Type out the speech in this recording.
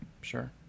Sure